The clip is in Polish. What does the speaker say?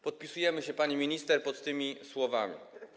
Podpisujemy się, pani minister, pod tymi słowami.